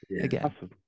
again